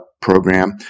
program